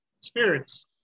spirits